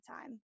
time